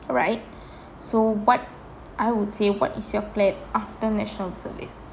alright so what I would say what is your plan after national service